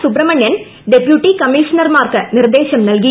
സുബ്രഹ്മണ്യൻ ഡെപ്യൂട്ട്സ് കമ്മീഷണർമാർക്ക് നിർദ്ദേശം നൽകി